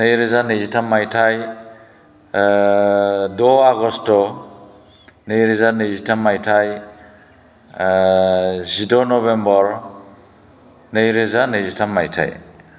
नैरोजा नैजिथाम मायथाइ द' आगष्ट' नैरोजा नैजिथाम मायथाइ जिद' नभेम्बर नैरोजा नैजिथाम मायथाइ